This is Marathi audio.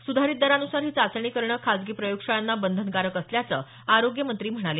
सुधारित दरानुसार ही चाचणी करणं खासगी प्रयोगशाळांना बंधनकारक असल्याचं आरोग्य मंत्री म्हणाले